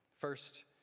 First